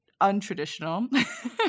untraditional